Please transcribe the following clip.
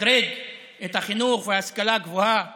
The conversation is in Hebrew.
לשדרג את החינוך וההשכלה הגבוהה